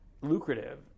lucrative